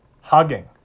hugging